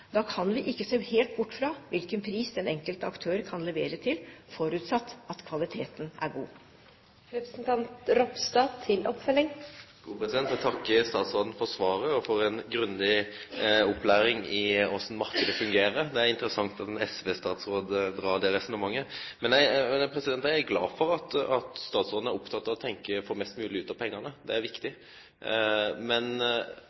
Da kan vi ikke se helt bort fra hvilken pris den enkelte aktør kan levere til, forutsatt at kvaliteten er god. Eg takkar statsråden for svaret og for ei grundig opplæring i korleis marknaden fungerer. Det er interessant at ein SV-statsråd dreg det resonnementet. Eg er glad for at statsråden er oppteken av og tenkjer på å få mest mogleg ut av pengane. Det er viktig. Men